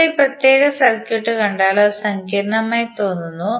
ഇപ്പോൾ ഈ പ്രത്യേക സർക്യൂട്ട് കണ്ടാൽ അത് സങ്കീർണ്ണമായി തോന്നുന്നു